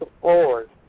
forward